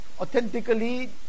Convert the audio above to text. authentically